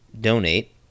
donate